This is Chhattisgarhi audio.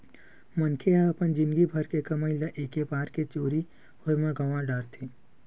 मनखे ह अपन जिनगी भर के कमई ल एके बार के चोरी होए म गवा डारथे